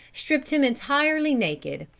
stripped him entirely naked,